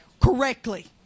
correctly